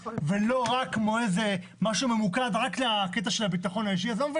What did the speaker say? תומר, אני אסביר לך איך זה קשור לאגרת